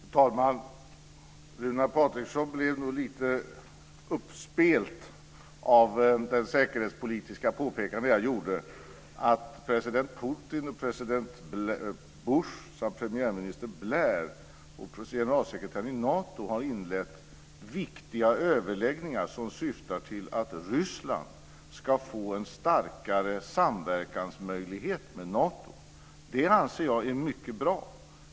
Fru talman! Runar Patriksson blev nog lite uppspelt av det säkerhetspolitiska påpekande jag gjorde om att president Putin, president Bush samt premiärminister Blair och generalsekreteraren i Nato har inlett viktiga överläggningar som syftar till att Ryssland ska få en starkare samverkansmöjlighet med Nato. Jag anser att det är mycket bra.